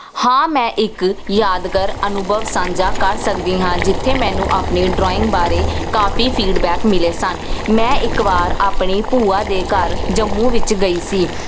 ਹਾਂ ਮੈਂ ਇੱਕ ਯਾਦਗਾਰ ਅਨੁਭਵ ਸਾਂਝਾ ਕਰ ਸਕਦੀ ਹਾਂ ਜਿੱਥੇ ਮੈਨੂੰ ਆਪਣੀ ਡਰਾਇੰਗ ਬਾਰੇ ਕਾਫੀ ਫੀਡਬੈਕ ਮਿਲੇ ਸਨ ਮੈਂ ਇੱਕ ਵਾਰ ਆਪਣੇ ਭੂਆ ਦੇ ਘਰ ਜੰਮੂ ਵਿੱਚ ਗਈ ਸੀ